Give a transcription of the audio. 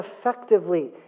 effectively